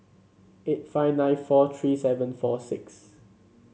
eight five nine four three seven four six